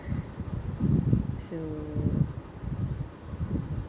so